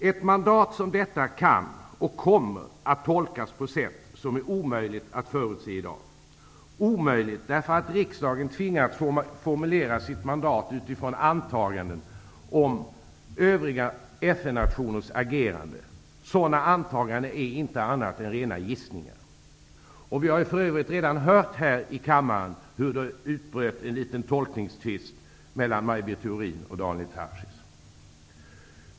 Ett mandat som detta kan och kommer att tolkas på ett sätt som är omöjligt att i dag förutse, omöjligt därför att riksdagen har tvingats att formulera sitt mandat utifrån antaganden om övriga FN-nationers agerande. Sådana antaganden är inte annat än rena gissningar. Vi har för övrigt redan hört här i kammaren hur det utbröt en liten tolkningstvist mellan Maj Britt Theorin och Daniel Tarschys.